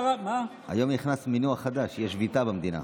היום נכנס מינוח חדש, יש שביתה במדינה.